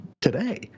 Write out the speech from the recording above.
today